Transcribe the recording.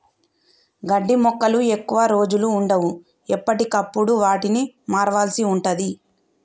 గడ్డి మొక్కలు ఎక్కువ రోజులు వుండవు, ఎప్పటికప్పుడు వాటిని మార్వాల్సి ఉంటది